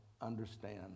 understand